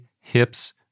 hips